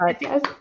yes